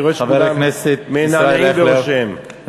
אני רואה שכולם מנענעים בראשם.